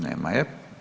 Nema je.